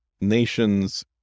nations